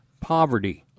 poverty